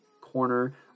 Corner